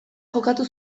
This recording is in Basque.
jokatu